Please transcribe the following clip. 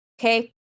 Okay